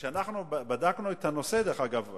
כשאנחנו בדקנו את הנושא דרך אגב,